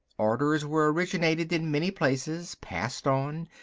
orders were originated in many places, passed on,